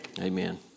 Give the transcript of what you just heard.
Amen